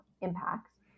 impacts